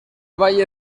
valle